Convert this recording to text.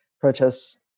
protests